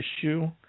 issue